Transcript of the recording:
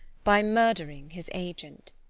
by murdering his agent.